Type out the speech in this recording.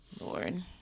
Lord